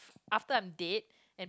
after I'm dead and